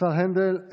השר הנדל.